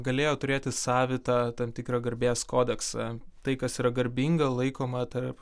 galėjo turėti savitą tam tikrą garbės kodeksą tai kas yra garbinga laikoma tarp